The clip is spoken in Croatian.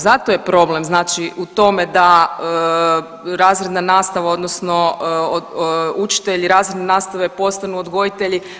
Zato je problem, znači u tome da razredna nastava, odnosno učitelji razredne nastave postanu odgojitelji.